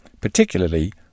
Particularly